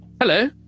Hello